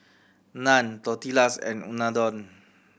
Naan Tortillas and Unadon